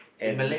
and